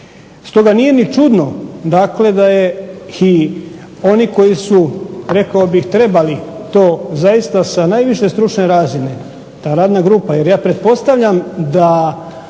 Stoga nije ni čudno dakle da je, i oni koji su rekao bih trebali to zaista sa najviše stručne razine, ta radna grupa, jer ja pretpostavljam da